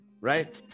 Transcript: right